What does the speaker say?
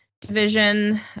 division